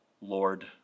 Lord